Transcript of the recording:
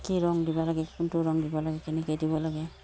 কি ৰং দিব লাগে কোনটো ৰং দিব লাগে কেনেকৈ দিব লাগে